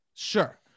Sure